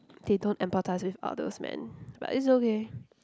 they don't emphatize with others man but it's okay